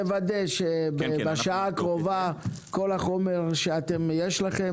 תוודא שבשעה הקרובה כל החומר שיש לכם,